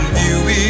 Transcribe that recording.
view